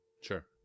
sure